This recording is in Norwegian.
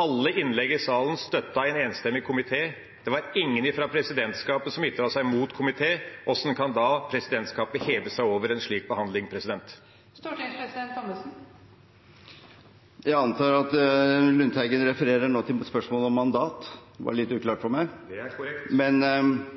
Alle innlegg i salen støttet en enstemmig komité. Det var ingen fra presidentskapet som ytret seg mot komiteen. Hvordan kan da presidentskapet heve seg over en slik behandling? Jeg antar at Per Olaf Lundteigen nå refererer til spørsmålet om mandat? Det var litt uklart for meg. Det er korrekt.